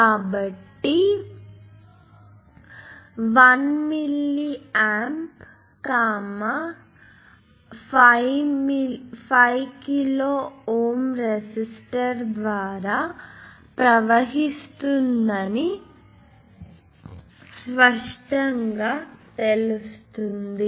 కాబట్టి 1 milliamp 5 kilo Ω resistor ద్వారా ప్రవహిస్తుందని స్పష్టంగా తెలుస్తుంది